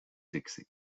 dixie